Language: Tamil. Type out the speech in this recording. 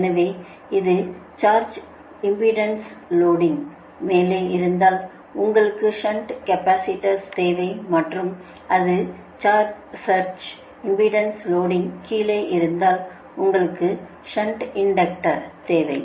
எனவே இது சர்ஜ் இம்பெடன்ஸ் லோடிங் மேலே இருந்தால் உங்களுக்கு ஷன்ட் கேபஸிடர்ஸ் தேவை மற்றும் அது சர்ஜ் இம்பெடன்ஸ் லோடிங் கீழே இருந்தால் உங்களுக்கு ஷன்ட் இன்டெக்டர் தேவை